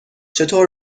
چطور